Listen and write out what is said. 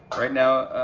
right now,